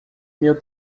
meu